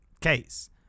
case